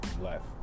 left